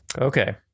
Okay